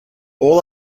all